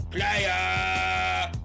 Player